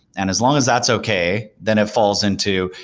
and as long as that's okay, then it falls into,